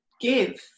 give